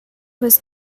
was